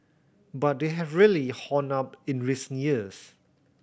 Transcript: but they have really honed up in recent years